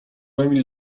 emil